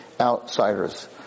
outsiders